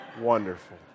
Wonderful